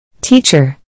Teacher